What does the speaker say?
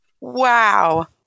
Wow